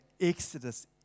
Exodus